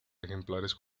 ejemplares